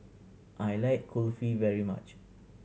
I like Kulfi very much